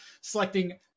selecting